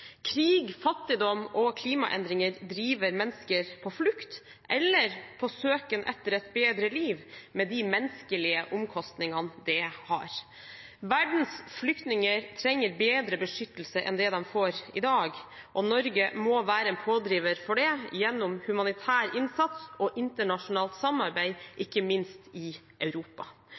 Krig, fattigdom og klimaendringer driver mennesker på flukt eller på søken etter et bedre liv, med de menneskelige omkostningene det har. Verdens flyktninger trenger bedre beskyttelse enn de får i dag, og Norge må være en pådriver for det gjennom humanitær innsats og internasjonalt samarbeid, ikke minst i Europa.